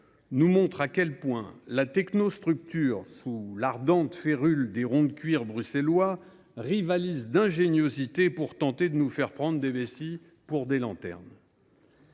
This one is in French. nous montre à quel point la technostructure, sous l’ardente férule des ronds de cuir bruxellois, rivalise d’ingéniosité pour tenter de nous faire prendre des vessies pour des lanternes